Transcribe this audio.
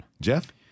Jeff